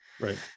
Right